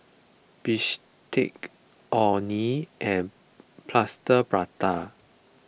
Bistake Orh Nee and Plaster Prata